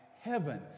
heaven